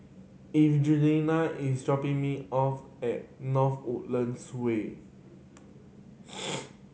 Evangelina is dropping me off at North Woodlands Way